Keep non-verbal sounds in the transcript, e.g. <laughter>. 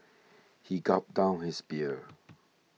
<noise> he gulped down his beer